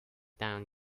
down